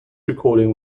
recording